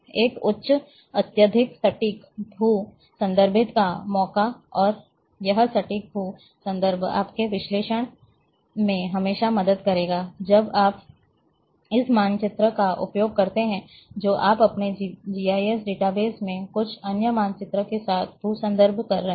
एक उच्च अत्यधिक सटीक भू संदर्भित का मौका और यह सटीक भू संदर्भ आपके विश्लेषण में हमेशा मदद करेगा जब आप इस मानचित्र का उपयोग करते हैं जो आप अपने जीआईएस डेटाबेस में कुछ अन्य मानचित्र के साथ भू संदर्भ कर रहे हैं